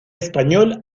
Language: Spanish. español